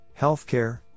healthcare